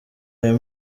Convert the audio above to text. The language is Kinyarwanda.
aya